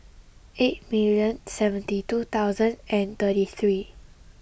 eight million seventy two thousand and thirty three